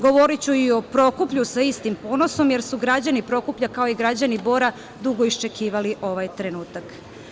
Govoriću i o Prokuplju, sa istim ponosom, jer su građani Prokuplja, kao i građani Bora, dugo iščekivali ovaj trenutak.